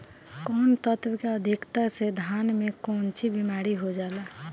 कौन तत्व के अधिकता से धान में कोनची बीमारी हो जाला?